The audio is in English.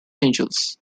angeles